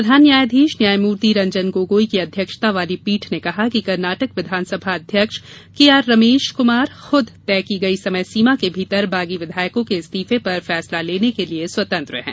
प्रधान न्यायाधीश न्यायमूर्ति रंजन गोगोई की अध्यक्षता वाली पीठ ने कहा कि कर्नाटक विधानसभा अध्यक्ष के आर रमेश क्मार खूद तय की गई समयसीमा के भीतर बागी विधायकों के इस्तीफे पर फैसला लेने के लिए स्वतंत्र हैं